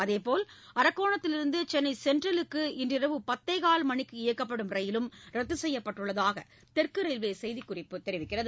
அதேபோல் அரக்கோணத்திலிருந்து சென்னை சென்ட்ரலுக்கு இன்றிரவு பத்தேகால் மணிக்கு இயக்கப்படும் ரயிலும் ரத்து செய்யப்பட்டுள்ளதாக தெற்கு ரயில்வே செய்திக்குறிப்பு தெரிவிக்கிறது